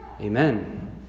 Amen